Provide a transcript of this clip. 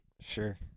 sure